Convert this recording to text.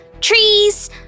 trees